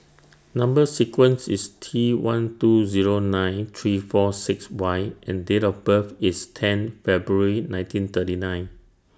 Number sequence IS T one two Zero nine three four six Y and Date of birth IS ten February nineteen thirty nine